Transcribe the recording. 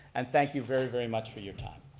and thank you very, very much for your time.